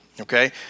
okay